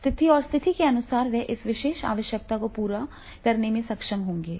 स्थिति और स्थिति के अनुसार वे इस विशेष आवश्यकता को पूरा करने में सक्षम होंगे